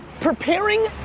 preparing